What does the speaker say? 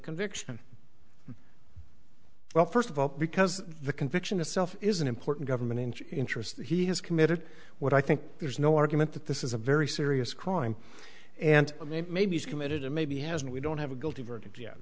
conviction well first of all because the conviction itself is an important government interest he has committed what i think there's no argument that this is a very serious crime and maybe he's committed and maybe hasn't we don't have a guilty verdict yet